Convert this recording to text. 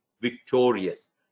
victorious